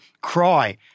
cry